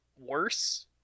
worse